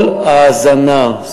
כל האזנה,